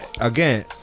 again